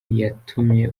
yatumye